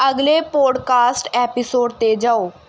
ਅਗਲੇ podcast episode 'ਤੇ ਜਾਓ